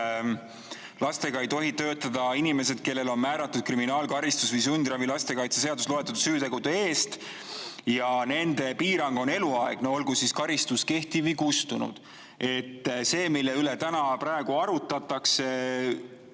lastega ei tohi töötada inimesed, kellele on määratud kriminaalkaristus või sundravi lastekaitseseaduses loetletud süütegude eest, ja piirang on eluaegne, olgu siis karistus kehtiv või kustunud. See, mille üle praegu arutatakse